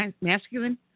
masculine